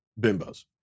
bimbos